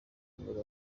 impapuro